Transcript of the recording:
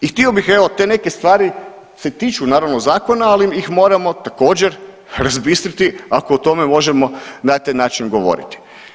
I htio bih evo te neke stvari se tiču zakona ali ih moramo također razbistriti ako o tome možemo na taj način govoriti.